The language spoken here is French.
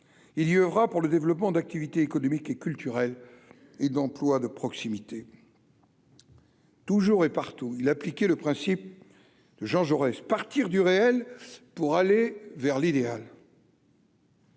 il y aura pour le développement d'activités économiques et culturels et d'emplois de proximité. Toujours et partout il appliqué le principe de Jean Jaurès, partir du réel pour aller vers l'idéal.